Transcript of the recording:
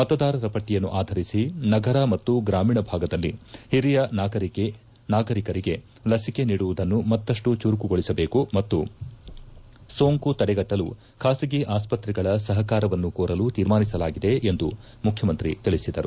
ಮತದಾರರ ಪಟ್ಟಿಯನ್ನು ಆಧರಿಸಿ ನಗರ ಮತ್ತು ಗ್ರಾಮೀಣ ಭಾಗದಲ್ಲಿ ಹಿರಿಯ ನಾಗರಿಕರಿಗೆ ಲಸಿಕೆ ನೀಡುವುದನ್ನು ಮತ್ತಪ್ಪು ಚುರುಕುಗೊಳಿಸಬೇಕು ಮತ್ತು ಸೋಂಕು ತಡೆಗಟ್ಟಲು ಖಾಸಗಿ ಆಸ್ಪತ್ರೆಗಳ ಸಹಕಾರವನ್ನು ಕೋರಲು ತೀರ್ಮಾನಿಸಲಾಗಿದೆ ಎಂದು ಮುಖ್ಯಮಂತ್ರಿ ತಿಳಿಸಿದರು